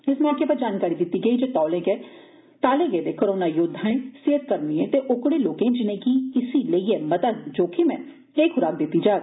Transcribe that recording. इस मौके उप्पर जानकारी दित्ती गेई जे ताले गेदे कोरोना योद्वाएं सेहत कर्मिएं ते ओकड़े लोकें जिनें'गी इसी लेइयै मता जोखिम ऐ एह खुराक दित्ती जाग